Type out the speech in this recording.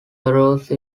arose